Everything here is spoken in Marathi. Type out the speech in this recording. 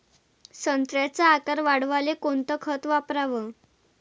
संत्र्याचा आकार वाढवाले कोणतं खत वापराव?